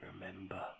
remember